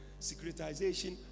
securitization